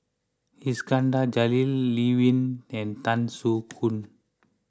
Iskandar Jalil Lee Wen and Tan Soo Khoon